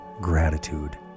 gratitude